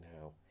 now